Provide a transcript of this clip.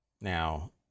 Now